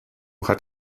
hat